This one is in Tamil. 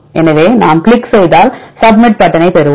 எனவே நாம் கிளிக் செய்தால் சப்மிட் பட்டன்னைப் பெறுவோம்